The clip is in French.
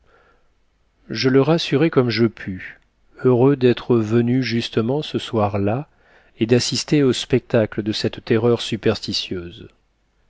je le rassurai comme je pus heureux d'être venu justement ce soir-là et d'assister au spectacle de cette terreur superstitieuse